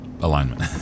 alignment